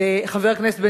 לחבר הכנסת בן-אליעזר,